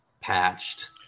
patched